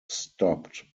stopped